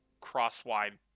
cross-wide